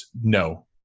no